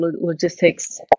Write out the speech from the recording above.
logistics